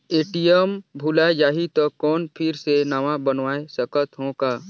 ATM भुलाये जाही तो कौन फिर से नवा बनवाय सकत हो का?